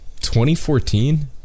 2014